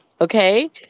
Okay